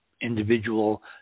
individual